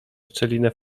szczelinę